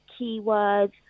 keywords